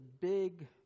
big